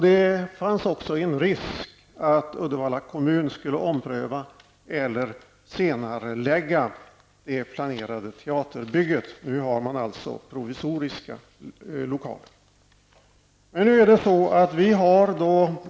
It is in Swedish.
Det fanns också en risk för att Uddevalla kommun skulle ompröva eller senarelägga det planerade teaterbygget -- de lokaler som man nu har är alltså provisoriska.